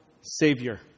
Savior